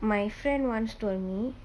my friend once told me